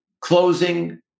closing